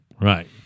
right